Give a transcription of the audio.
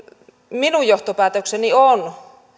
minun johtopäätökseni on